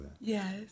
Yes